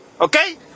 Okay